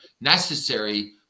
necessary